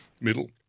Middle